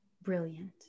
brilliant